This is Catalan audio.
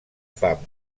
fam